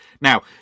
Now